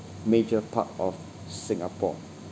major part of singapore